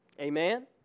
Amen